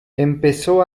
empezó